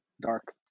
dark